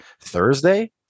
Thursday